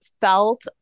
felt